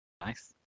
Nice